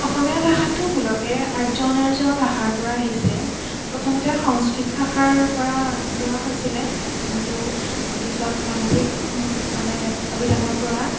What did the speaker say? অসমীয়া ভাষাতো মূলতে আৰ্য অনাৰ্য ভাষাৰ পৰা আহিছে প্ৰথমতে সংস্কৃত ভাষাৰ পৰা লোৱা হৈছিলে কিন্তু পিছত মাগধী মানে অভিধানৰ পৰা